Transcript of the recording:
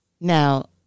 Now